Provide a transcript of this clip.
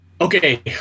Okay